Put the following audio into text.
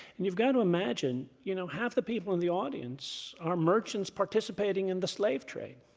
and you've got to imagine you know half the people in the audience are merchants participating in the slave trade.